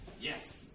yes